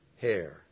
hair